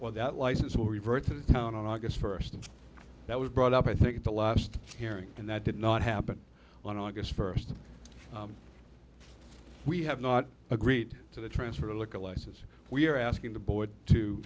or that license will revert to the town on august first and that was brought up i think the last hearing and that did not happen on august first we have not agreed to the transfer of look at places we're asking the board to